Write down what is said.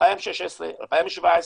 ב-2016 , 2017,